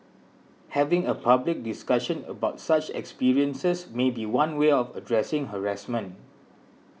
having a public discussion about such experiences may be one way of addressing harassment